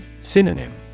Synonym